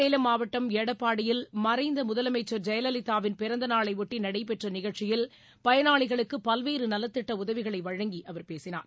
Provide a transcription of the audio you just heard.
சேலம் மாவட்டம் எடப்பாடியில் மறைந்த முதலமைச்சர் ஜெயலலிதாவின் பிறந்தநாளை ஒட்டி நடைபெற்ற நிகழ்ச்சியில் பயனாளிகளுக்கு பல்வேறு நலத்திட்ட உதவிகளை வழங்கி அவர் பேசினார்